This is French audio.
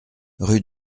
rue